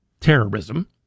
terrorism